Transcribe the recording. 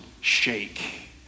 shake